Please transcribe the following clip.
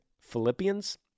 Philippians